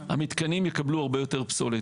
המתקנים יקבלו הרבה יותר פסולות.